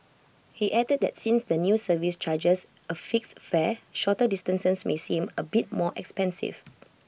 he added that since the new service charges A fixed fare shorter distances may seem A bit more expensive